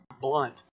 blunt